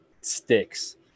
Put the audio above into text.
sticks